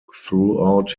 throughout